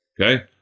okay